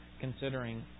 considering